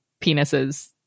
penises